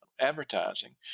advertising